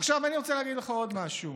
עכשיו אני רוצה להגיד לך עוד משהו,